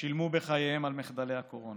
שילמו בחייהם על מחדלי הקורונה.